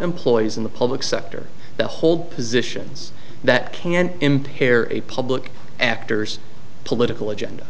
employees in the public sector to hold positions that can impair a public actor's political agenda